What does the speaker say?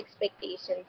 expectations